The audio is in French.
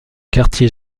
quartier